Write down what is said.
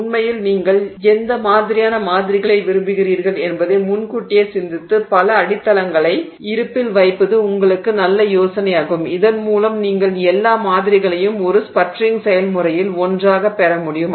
உண்மையில் நீங்கள் எந்த மாதிரியான மாதிரிகளை விரும்புகிறீர்கள் என்பதை முன்கூட்டியே சிந்தித்து பல அடிததளங்களை இருப்பில் நிலையில் வைப்பது உங்களுக்கு நல்ல யோசனையாகும் இதன்மூலம் நீங்கள் எல்லா மாதிரிகளையும் ஒரு ஸ்பட்டரிங் செயல்முறையில் ஒன்றாகப் பெற முடியும்